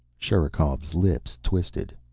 sherikov's lips twisted.